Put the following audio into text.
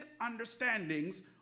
understandings